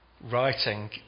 writing